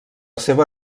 seva